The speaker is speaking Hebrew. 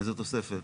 איזה תוספת?